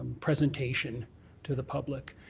presentation to the public,